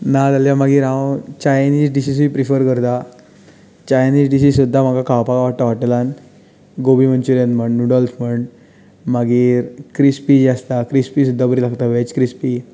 ना जाल्यार मागीर हांव चायनीझ डिशीजूय प्रिफर करतां चायनीझ डिशीज सुद्दां म्हाका खावपाक आवडटा हॉटेलांत गोबी मंचुरियन म्हण नुडल्स म्हण मागीर क्रिस्पी आसता क्रिस्पी सुद्दां बरी लागता वेज क्रिस्पी